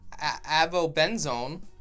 avobenzone